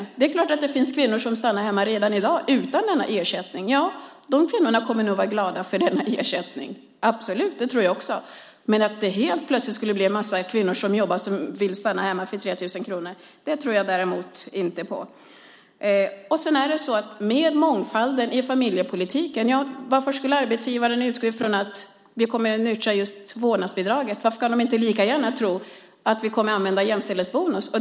Det är klart att det finns kvinnor som stannar hemma redan i dag utan denna ersättning. De kvinnorna kommer nog att vara glada för denna ersättning - absolut. Men att det helt plötsligt skulle finnas en massa kvinnor som jobbar som vill stanna hemma för 3 000 kronor tror jag inte på. Med mångfalden i familjepolitiken, varför skulle arbetsgivaren utgå från att vi kommer att nyttja just vårdnadsbidraget? Varför kan inte de lika gärna tro att vi kommer att dela på jämställdhetsbonusen?